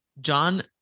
John